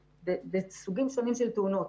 בסוגים שונים של תאונות,